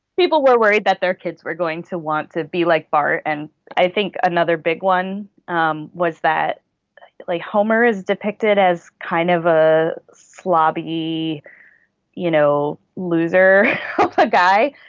people were worried that their kids were going to want to be like bart and i think another big one um was that that like homer is depicted as kind of a sloppy you know loser ah guy.